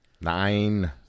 nine